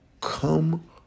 Come